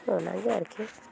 ᱚᱱᱟᱜᱮ ᱟᱨᱠᱤ